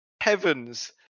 heavens